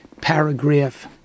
paragraph